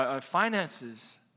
finances